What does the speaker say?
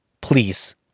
Please